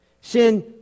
Sin